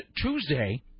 Tuesday